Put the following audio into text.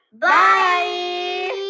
Bye